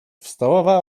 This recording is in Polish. wstawała